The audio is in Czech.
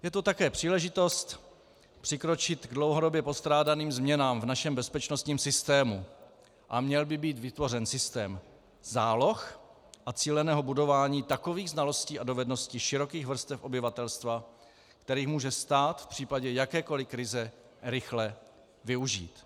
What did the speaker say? Je to také příležitost přikročit k dlouhodobě postrádaným změnám v našem bezpečnostním systému a měl by být vytvořen systém záloh a cíleného budování takových znalostí a dovedností širokých vrstev obyvatelstva, který může stát v případě jakékoli krize rychle využít.